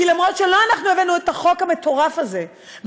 כי למרות שלא אנחנו הבאנו את החוק המטורף הזה,